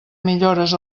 millores